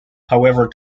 however